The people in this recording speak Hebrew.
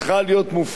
אדוני השר,